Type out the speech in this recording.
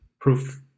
proof